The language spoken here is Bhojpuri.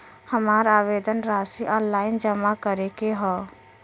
हमार आवेदन राशि ऑनलाइन जमा करे के हौ?